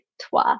toi